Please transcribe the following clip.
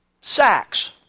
sacks